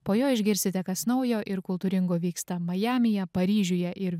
po jo išgirsite kas naujo ir kultūringo vyksta majamyje paryžiuje ir